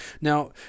Now